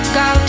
go